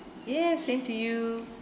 ya same to you